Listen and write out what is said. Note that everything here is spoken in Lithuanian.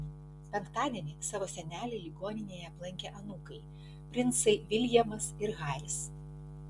penktadienį savo senelį ligoninėje aplankė anūkai princai viljamas ir haris